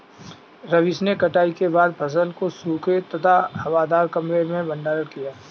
रवीश ने कटाई के बाद फसल को सूखे तथा हवादार कमरे में भंडारण किया